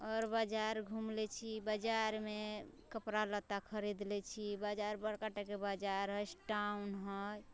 आओर बजार घूम ले छी बजारमे कपड़ा लत्ता खरीदले छी बजार बड़का टाके बजार स्टॉन हय